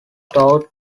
tout